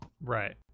Right